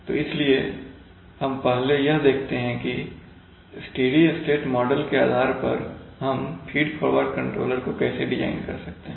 तो इसलिए हम पहले यह देखते हैं कि स्टेडी स्टेट मॉडल के आधार पर हम फीड फॉरवर्ड कंट्रोलर को कैसे डिजाइन कर सकते हैं